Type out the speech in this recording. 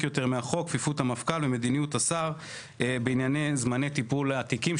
יותר - כפיפות המפכ"ל ומדיניות השר וענייני זמני טיפול התיקים.